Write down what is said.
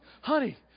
Honey